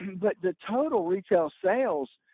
um but the total retail sales,